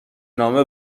نامه